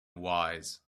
wise